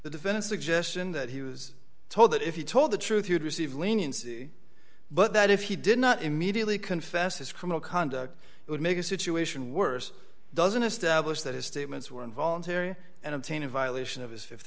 the defense suggestion that he was told that if you told the truth you'd receive leniency but that if he did not immediately confess his criminal conduct it would make a situation worse doesn't establish that his statements were involuntary and obtain a violation of his